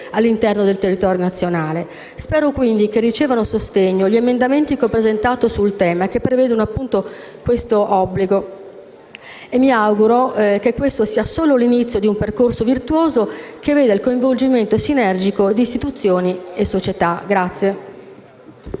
all'interno del territorio nazionale. Spero quindi che riceveranno sostegno gli emendamenti che ho presentato sul tema e che prevedono, per l'appunto, tale obbligo. Mi auguro, dunque, che questo sia solo l'inizio di un percorso virtuoso, che veda il coinvolgimento sinergico di istituzioni e società.